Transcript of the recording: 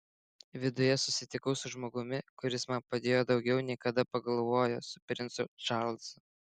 viduje susitikau su žmogumi kuris man padėjo daugiau nei kada pagalvojo su princu čarlzu